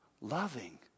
loving